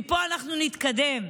מפה אנחנו נתקדם.